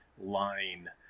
line